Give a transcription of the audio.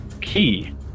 Key